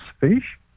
fish